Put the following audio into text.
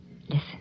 Listen